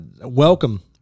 Welcome